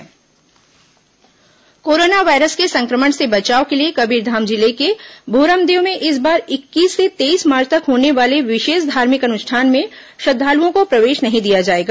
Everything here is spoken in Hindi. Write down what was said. भोरमदेव डोंगरगढ़ मेला कोरोना वायरस के संक्रमण से बचाव के लिए कबीरधाम जिले के भोरमदेव में इस बार इक्कीस से तेईस मार्च तक होने वाले विषेष धार्मिक अनुष्ठान में श्रद्धालुओं को प्रवेश नहीं दिया जाएगा